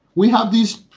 we have these,